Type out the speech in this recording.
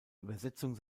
übersetzung